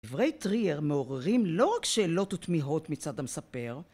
דברי טריאר מעוררים לא רק שאלות ותמיהות מצד המספר